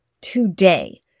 today